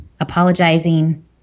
apologizing